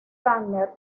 tanner